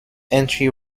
entry